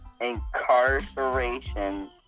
incarceration